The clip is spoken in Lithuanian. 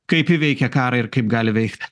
kaip ji veikia karą ir kaip gali veikt